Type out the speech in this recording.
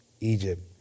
Egypt